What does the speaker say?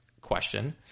question